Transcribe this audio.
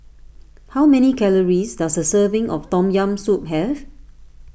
how many calories does a serving of Tom Yam Soup have